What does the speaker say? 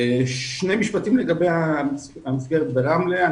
שני משפטים לגבי המסגרת ברמלה.